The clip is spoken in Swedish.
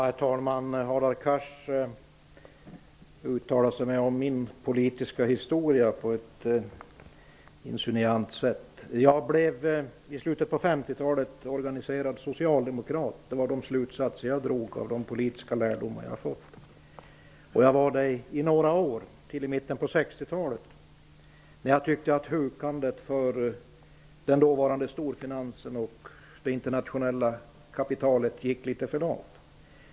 Herr talman! Hadar Cars uttalar sig om min politiska historia på ett insinuant sätt. Jag blev i slutet av 50-talet organiserad socialdemokrat. Det var de slutsatser jag drog av de politiska lärdomar jag hade fått. Jag var socialdemokrat i några år, till i mitten på 60-talet, då jag tyckte att hukandet för den dåvarande storfinansen och det internationella kapitalet gick litet för långt.